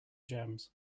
jams